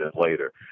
later